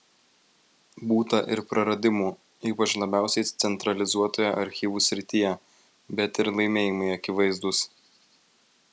būta ir praradimų ypač labiausiai centralizuotoje archyvų srityje bet ir laimėjimai akivaizdūs